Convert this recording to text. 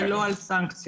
ולא על סנקציות.